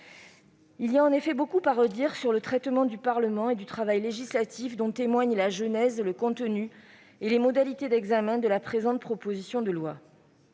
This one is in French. Il y a en effet beaucoup à redire quant au traitement réservé au Parlement et au travail législatif. La genèse, le contenu et les modalités d'examen de la présente proposition de loi